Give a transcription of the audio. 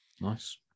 Nice